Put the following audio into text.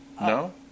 No